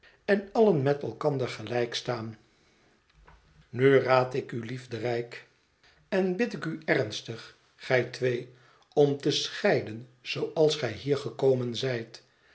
en allen met elkander gelijk staan nu raad ik u liefderijk en bid ik u ernstig gij twee om te scheiden zooals gij hier gekomen zijt